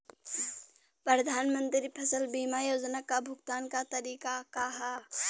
प्रधानमंत्री फसल बीमा योजना क भुगतान क तरीकाका ह?